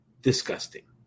disgusting